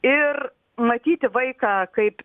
ir matyti vaiką kaip